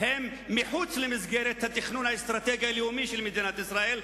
הם מחוץ למסגרת התכנון האסטרטגי הלאומי של מדינת ישראל,